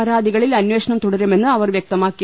പരാതികളിൽ അന്വേഷണം തുടരുമെന്ന് അവർ വൃക്തമാക്കി